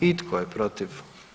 I tko je protiv?